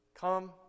Come